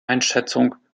einschätzung